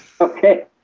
Okay